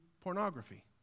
pornography